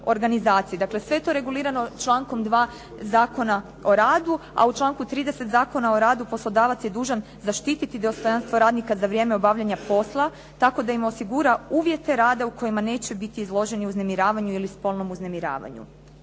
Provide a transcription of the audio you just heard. Dakle, sve je to regulirano člankom 2. Zakona o radu, a u članku 30. Zakona o radu poslodavac je dužan zaštiti dostojanstvo radnika za vrijeme obavljanja posla, tako da im osigura uvjete rada u kojima neće biti izloženi uznemiravanju ili spolnom uznemiravanju.